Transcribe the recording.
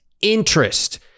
interest